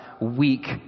weak